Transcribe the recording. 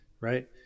right